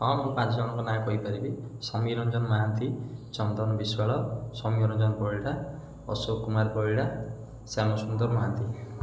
ହଁ ମୁଁ ପାଞ୍ଚଜଣଙ୍କ ନାଁ କହିପାରିବି ସମୀର ରଞ୍ଜନ ମାହାନ୍ତି ଚନ୍ଦନ ବିଶ୍ୱାଳ ସମୀର ରଞ୍ଜନ ପରିଡ଼ା ଅଶୋକ କୁମାର ପରିଡ଼ା ଶ୍ୟାମସୁନ୍ଦର ମହାନ୍ତି